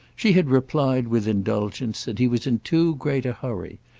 she had replied with indulgence that he was in too great a hurry,